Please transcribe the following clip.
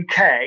UK